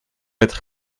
être